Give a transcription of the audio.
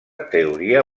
teoria